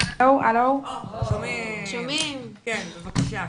כן בבקשה.